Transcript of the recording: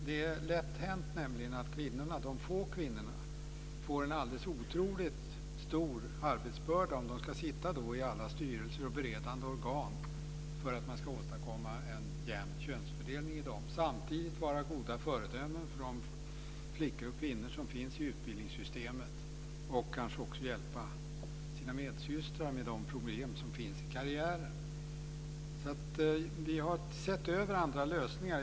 Det är lätt hänt att de få kvinnorna får en alldeles otroligt stor arbetsbörda om de ska sitta med i alla styrelser och beredande organ för att åstadkomma en jämn könsfördelning i dem. Samtidigt ska de vara goda föredömen för de flickor och kvinnor som finns i utbildningssystemet och kanske hjälpa sina medsystrar med de problem som finns i karriären. Vi har sett över andra lösningar.